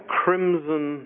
crimson